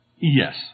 Yes